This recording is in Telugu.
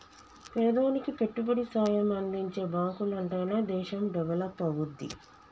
పేదోనికి పెట్టుబడి సాయం అందించే బాంకులుంటనే దేశం డెవలపవుద్ది